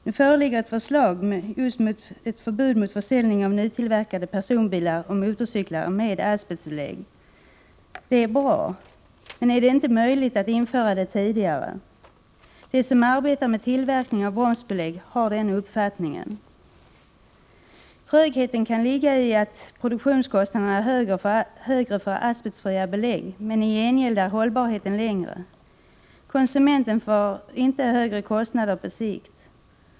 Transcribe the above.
Nu föreligger ett förslag till ett sådant förbud mot försäljning av nytillverkade personbilar och motorcyklar med asbestbelägg. Det är bra. Men är det inte möjligt att införa det tidigare? De som arbetar med tillverkning av bromsbelägg har uppfattningen att detta vore möjligt. Trögheten kan bero på att produktionskostnaden är högre för asbestfria belägg, men i gengäld är hållbarheten längre. Konsumenten får inte ökade kostnader på sikt.